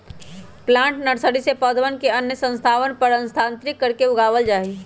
plant nursery से पौधवन के अन्य स्थान पर स्थानांतरित करके लगावल जाहई